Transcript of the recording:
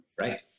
right